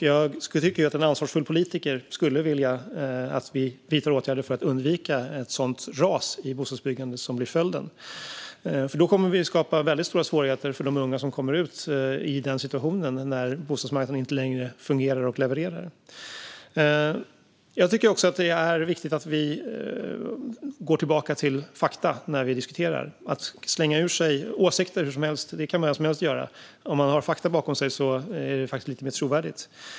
Jag tycker att en ansvarsfull politiker ska vilja vidta åtgärder för att undvika det ras i bostadsbyggandet som blir följden, för det skulle skapa stora svårigheter för de unga som kommer ut på bostadsmarknaden i den situationen - när marknaden inte längre fungerar och levererar. Jag tycker också att det är viktigt att gå tillbaka till fakta när vi diskuterar. Slänga ur sig åsikter kan vem som helst göra, men den som har fakta bakom sig är lite mer trovärdig.